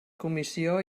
comissió